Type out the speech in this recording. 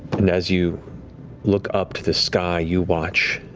and as you look up to the sky, you watch